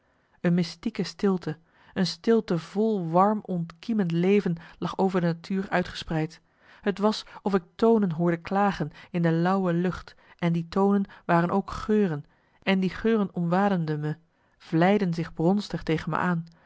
een mystieke stilte een stilte vol warm ontkiemend leven lag over de natuur uitgespreid t was of ik tonen hoorde klagen in de lauwe lucht en die tonen waren ook geuren en die geuren omwademden me vlijden zich bronstig tegen me ann